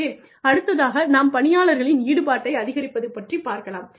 okay அடுத்ததாக நாம் பணியாளர்களின் ஈடுபாட்டை அதிகரிப்பது பற்றி பார்க்கலாம்